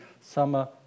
summer